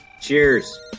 Cheers